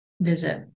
visit